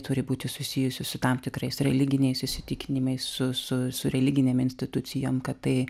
turi būti susijusi su tam tikrais religiniais įsitikinimais su su su religinėm institucijom kad tai